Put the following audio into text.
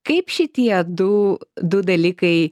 kaip šitie du du dalykai